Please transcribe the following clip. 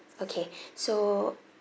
okay so